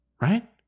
right